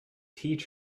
teach